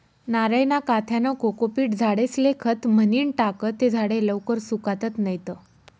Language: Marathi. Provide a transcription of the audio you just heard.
नारयना काथ्यानं कोकोपीट झाडेस्ले खत म्हनीन टाकं ते झाडे लवकर सुकातत नैत